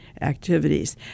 activities